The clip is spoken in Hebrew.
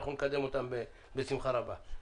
אנחנו נקדם אותם בשמחה רבה.